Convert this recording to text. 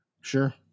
Sure